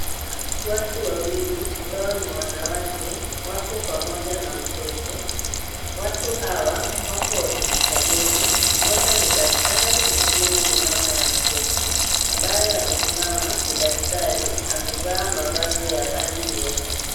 Watu wawili ambao ni wanawake wako pamoja na mtoto, watu hawa wako hospitalini moja ni daktari mwengine ni mama ya mtoto, ambaye amesimama ni daktari, amevaa mavazi ya rangi nyeupe.